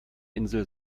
insel